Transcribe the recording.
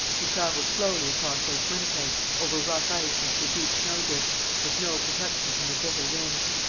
he travelled slowly across lake winnipeg, over rough ice and through deep snowdrifts, with no protection from the bitter winds.